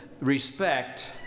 respect